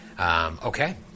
Okay